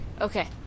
Okay